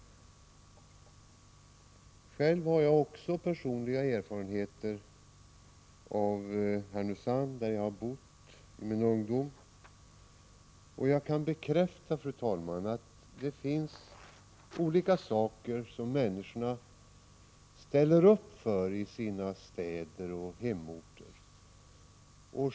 Själv har jag också personliga erfarenheter av Härnösand, där jag bott i min ungdom. Jag kan bekräfta, fru talman, att det finns olika saker som människor ställer upp för i sina städer och hemorter.